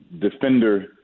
defender